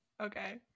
Okay